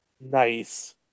Nice